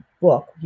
book